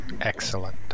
Excellent